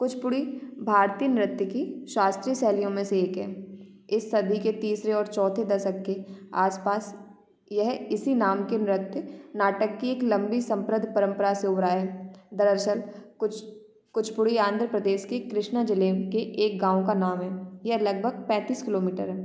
कुचपुड़ी भारतीय नृत्य की शास्त्रीय शैलियों में से एक है इस सभी के तीसरे और चौथे दशक के आसपास यह इसी नाम के नृत्य नाटक की एक लम्बी समप्रद परम्परा से उभरा है दरअसल कुछ कुचपुड़ी आंध्र प्रदेस की कृष्णा जिले के एक गाँव का नाम है यह लगभग पैंतीस किलोमीटर है